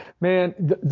Man